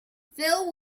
phil